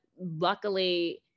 luckily